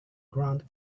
ground